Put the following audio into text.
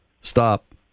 Stop